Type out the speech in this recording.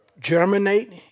germinate